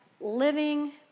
living